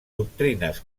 doctrines